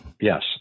yes